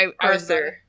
Arthur